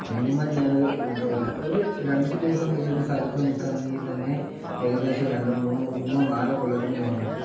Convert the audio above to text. minimum ഞാനൊരു എന്താ പറയുക ഒരു രണ്ടു ദിവസം വെച്ചു ഒരു സ്ഥലത്ത് നിൽക്കുവാണെങ്കിൽ തന്നെ ഏകദേശം രണ്ട് മൂന്ന് മൂന്ന് നാല് കൊല്ലത്തിനു മേലെ എടുക്കും